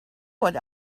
what